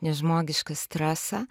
nežmogišką stresą